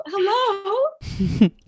hello